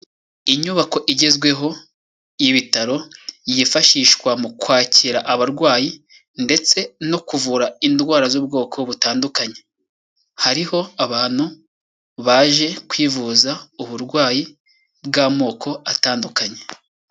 Inyubako igezweho y'ibitaro yifashishwa mu kwakira abarwayi ndetse no kuvura indwara z'ubwoko butandukanye. Hariho abantu baje kwivuza uburwayi bw'amoko atandukanye.